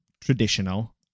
traditional